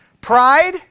Pride